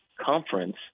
conference